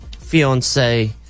fiance